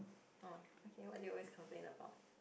oh okay what do you always complain about